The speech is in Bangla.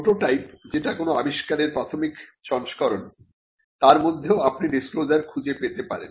প্রোটোটাইপ যেটা কোন আবিষ্কারের প্রাথমিক সংস্করণ তার মধ্যেও আপনি ডিসক্লোজার খুঁজে পেতে পারেন